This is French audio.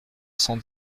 cent